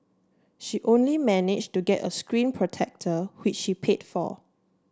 she only managed to get a screen protector which she paid for